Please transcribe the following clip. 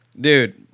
dude